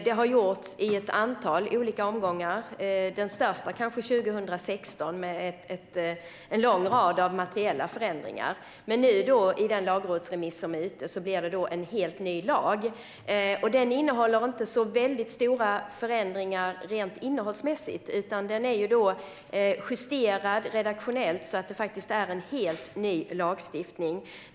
Det har gjorts i ett antal olika omgångar, varav den största kanske var den som genomfördes 2016 med en lång rad materiella förändringar. I den lagrådsremiss som nu är ute blir det en helt ny lag, och den innehåller inte så väldigt stora förändringar rent innehållsmässigt, utan den är justerad redaktionellt så att det faktiskt är en helt ny lagstiftning.